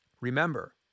Remember